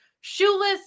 Shoeless